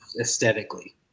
aesthetically